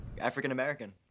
African-American